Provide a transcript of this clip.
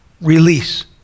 release